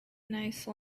nice